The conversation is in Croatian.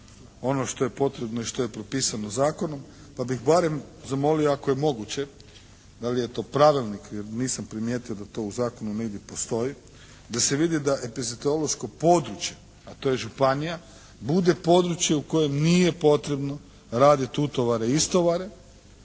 ono što je potrebno i što je propisano u zakonu, pa bih barem zamolio ako je moguće da li je to pravilnik, jer nisam primijetio da to u zakonu negdje postoji, da se vidi da epizetološko područje, a to je županija bude područje u kojem nije potrebno raditi utovare i istovare,